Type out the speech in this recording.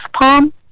Palm